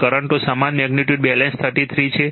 કરંટો સમાન magnitude balance 33 છે